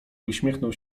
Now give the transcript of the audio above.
uśmiechnął